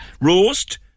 Roast